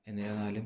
എന്നിരുന്നാലും